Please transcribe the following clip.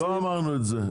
לא אמרנו את זה.